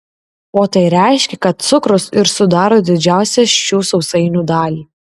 o tai reiškia kad cukrus ir sudaro didžiausią šių sausainių dalį